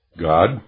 God